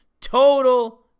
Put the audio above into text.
Total